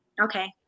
Okay